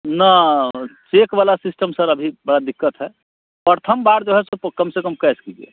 ना चेक वाला system sir अभी बड़ी दिक्कत है प्रथम बार जो है सो प कम से कम कैस कीजिए